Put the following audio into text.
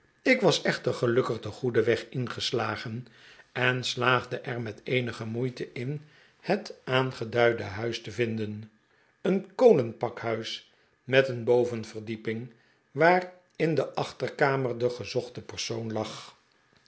ik was echter gelukkig den goeden weg ingeslagen en slaagde er met eenige moeite in het aangeduide huis te vinden een kolenpakhuis met een bovenverdieping waar in de achterkamer de gezochte persoon lag